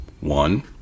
one